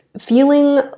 feeling